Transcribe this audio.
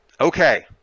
Okay